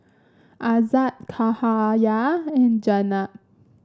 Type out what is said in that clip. Aizat Cahaya and Jenab